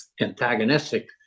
antagonistic